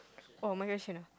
oh my question ah